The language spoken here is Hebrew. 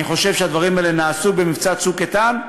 אני חושב שהדברים האלה שנעשו במבצע "צוק איתן"